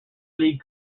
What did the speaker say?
league